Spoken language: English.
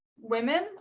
women